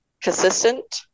consistent